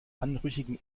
anrüchigen